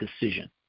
decision